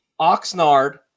Oxnard